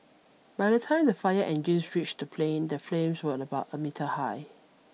by the time the fire engines reached the plane the flames were about a meter high